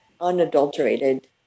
unadulterated